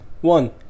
one